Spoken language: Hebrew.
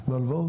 בהלוואות?